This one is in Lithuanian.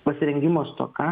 pasirengimo stoka